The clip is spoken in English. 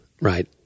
Right